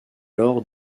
lors